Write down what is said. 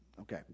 Okay